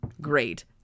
great